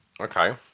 Okay